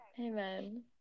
amen